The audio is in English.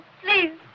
please